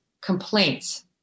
complaints